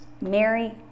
Mary